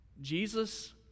Jesus